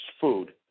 food